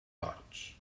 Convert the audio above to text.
torts